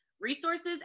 resources